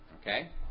Okay